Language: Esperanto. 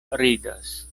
ridas